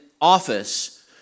office